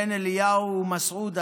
בן אליהו ומסעודה,